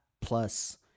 plus